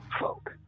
folk